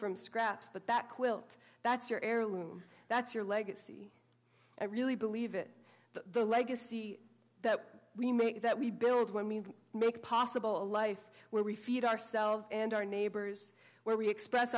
from scraps but that quilt that's your heirloom that's your legacy i really believe that the legacy that we make that we build when we make possible a life where we feed ourselves and our neighbors where we express